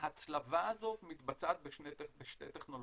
ההצלבה הזאת מתבצעת בשתי טכנולוגיות.